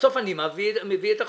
בסוף אני מביא את החוק.